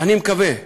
אני מקווה,